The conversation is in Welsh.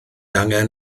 angen